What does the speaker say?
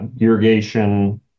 irrigation